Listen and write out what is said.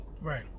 Right